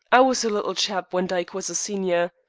i was a little chap when dyke was a senior.